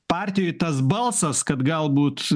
partijoj tas balsas kad galbūt